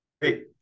Great